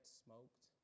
smoked